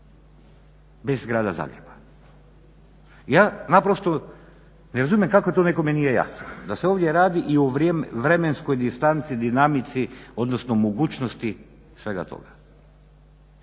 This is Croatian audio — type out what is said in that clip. bez Grada Zagreba. Ja naprosto ne razumijem kako to nekome nije jasno, da se ovdje radi i o vremenskoj distanci, dinamici, odnosno mogućnosti svega toga.